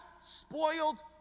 spoiled